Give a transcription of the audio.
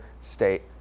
state